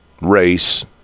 race